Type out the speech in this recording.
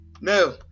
No